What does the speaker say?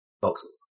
boxes